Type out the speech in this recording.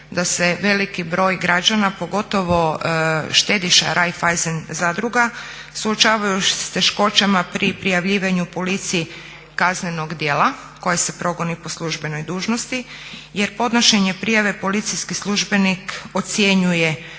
da se veliki broj građana pogotovo štediša Raiffeisen zadruga, suočavaju sa teškoćama pri prijavljivanju policiji kaznenog djela koje se progoni po službenoj dužnosti jer podnošenje prijave policijski službenik ocjenjuje